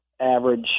average